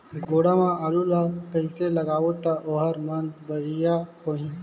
गोडा मा आलू ला कइसे लगाबो ता ओहार मान बेडिया होही?